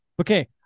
okay